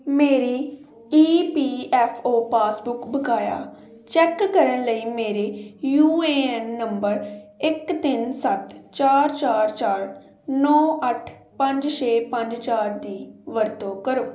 ਮੇਰੀ E P F O passbook ਬਕਾਇਆ check ਕਰਨ ਲਈ ਮੇਰੇ ਯੂ ਏ ਐਨ ਨੰਬਰ ਇੱਕ ਤਿੰਨ ਸੱਤ ਚਾਰ ਚਾਰ ਚਾਰ ਨੌਂ ਅੱਠ ਪੰਜ ਛੇ ਪੰਜ ਚਾਰ ਦੀ ਵਰਤੋਂ ਕਰੋ